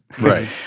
right